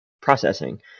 processing